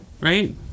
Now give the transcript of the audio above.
right